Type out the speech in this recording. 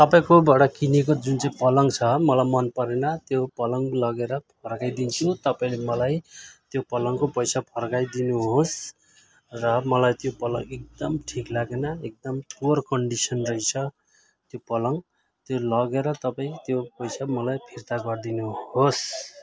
तपाईँकोबाट किनेको जुन चाहिँ पलङ छ मलाई मनपरेन त्यो पलङ लगेर फर्काइदिन्छु तपाईँले मलाई त्यो पलङको पैसा फर्काइदिनु होस् र मलाई त्यो पलङ एकदम ठिक लागेन एकदम पुवर कन्डिसन रहेछ त्यो पलङ त्यो लगेर तपाईँ त्यो पैसा मलाई फिर्ता गरिदिनु होस्